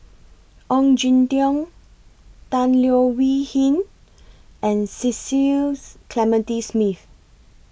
Ong Jin Teong Tan Leo Wee Hin and Cecil Clementi Smith